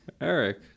Eric